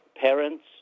parents